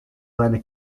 seine